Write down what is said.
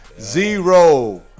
Zero